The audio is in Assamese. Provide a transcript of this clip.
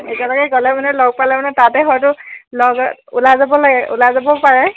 একেলগে গ'লে মানে লগ পালে মানে তাতে হয়তো লগ ওলাই যাব লাগে ওলাই যাবও পাৰে